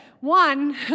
one